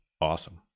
awesome